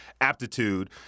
aptitude